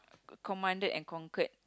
commanded and conquered